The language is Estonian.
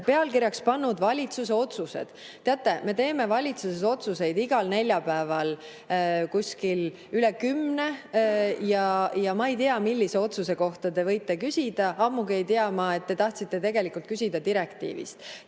pealkirjaks pannud "Valitsuse otsused". Teate, me teeme valitsuses otsuseid igal neljapäeval kuskil üle kümne ja ma ei tea, millise otsuse kohta te võite küsida, ammugi ei tea ma, et te tegelikult tahtsite küsida direktiivi